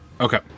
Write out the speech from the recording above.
Okay